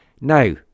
now